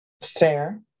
Fair